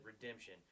redemption